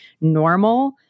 normal